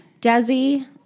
Desi